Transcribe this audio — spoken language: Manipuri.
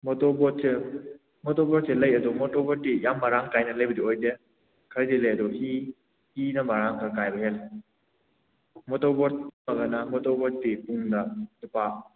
ꯃꯣꯇꯣꯔꯕꯣꯠꯁꯦ ꯃꯣꯇꯣꯔꯕꯣꯠꯁꯦ ꯂꯩ ꯑꯗꯨꯝ ꯃꯣꯇꯣꯔꯕꯣꯠꯇꯤ ꯌꯥꯝ ꯃꯔꯥꯡ ꯀꯥꯏꯅ ꯂꯩꯕꯗꯤ ꯑꯣꯏꯗꯦ ꯈꯔꯗꯤ ꯂꯩ ꯑꯗꯣ ꯍꯤ ꯍꯤꯅ ꯃꯔꯥꯡ ꯈꯔ ꯀꯥꯏꯕ ꯍꯦꯜꯂꯦ ꯃꯣꯇꯣꯔꯕꯣꯠ ꯇꯣꯉꯒꯅ ꯃꯣꯇꯣꯔꯕꯣꯠꯇꯤ ꯄꯨꯡꯗ ꯂꯨꯄꯥ